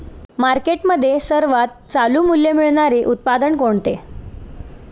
मार्केटमध्ये सर्वात चालू मूल्य मिळणारे उत्पादन कोणते?